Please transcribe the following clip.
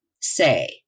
say